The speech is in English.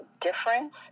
difference